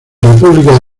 república